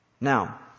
Now